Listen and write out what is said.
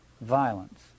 violence